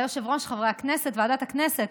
היושב-ראש, חברי הכנסת, ועדת הכנסת